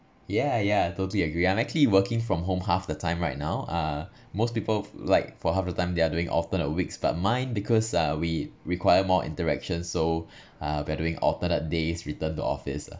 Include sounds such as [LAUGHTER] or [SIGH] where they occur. yeah yeah totally agree I'm actually working from home half the time right now uh most people f~ like for half the time they are doing often weeks but mine because ah we require more interaction so [BREATH] uh we're doing alternate days return to office lah